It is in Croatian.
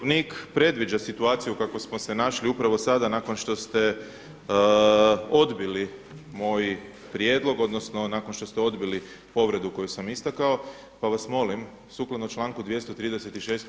Poslovnik predviđa u kakvoj smo se našli upravo sada nakon što ste odbili moj prijedlog, odnosno nakon što ste odbili povredu koju sam istakao pa vas molim sukladno članku 236.